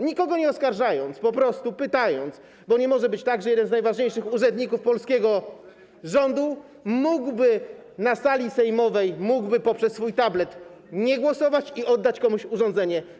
Mówię to, nikogo nie oskarżając, po prostu pytając, bo nie może być tak, że jeden z najważniejszych urzędników polskiego rządu mógłby na sali sejmowej poprzez swój tablet nie głosować i oddać komuś urządzenie.